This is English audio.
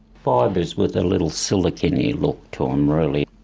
fibres with a little silicony look to them really.